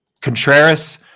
Contreras